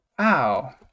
Ow